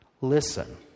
Listen